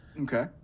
Okay